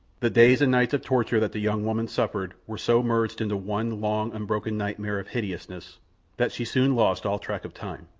the days and nights of torture that the young woman suffered were so merged into one long, unbroken nightmare of hideousness that she soon lost all track of time.